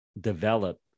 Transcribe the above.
develop